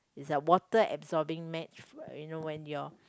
is a water absorbing mat you know when your